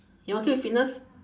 you okay with fitness